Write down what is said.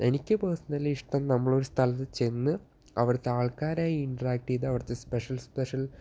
എനിക്ക് പേര്സണലി ഇഷ്ടം നമ്മൾ ഒരു സ്ഥലത്ത് ചെന്ന് അവിടുത്തെ ആള്ക്കാരായി ഇൻറ്ററാകറ്റ് ചെയ്ത് അവിടുത്തെ സ്പെഷ്യല് സ്പെഷ്യല്